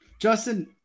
Justin